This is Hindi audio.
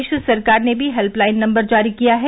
प्रदेश सरकार ने भी हेल्पलाइन नम्बर जारी किया है